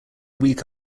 week